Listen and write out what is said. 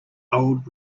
old